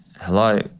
Hello